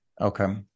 Okay